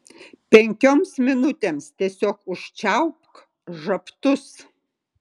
penkioms minutėms tiesiog užčiaupk žabtus